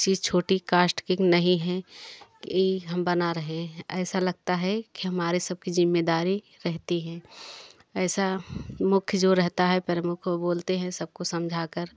किसी छोटी कास्ट की नहीं है कि हम बना रहे हैं ऐसा लगता है कि हमारे सब की जिम्मेदारी रहती हैं ऐसा मुख्य जो रहता है प्रमुख को बोलते हैं सबको समझा कर